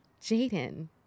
Jaden